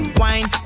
wine